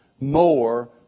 more